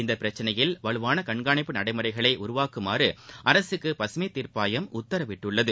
இந்த பிரச்சினையில் வலுவான கண்காணிப்பு நடைமுளைகளை உருவாக்கும்படி அரசுக்கு பகமை தீர்ப்பாயம் உத்தரவிட்டுள்ளது